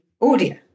audio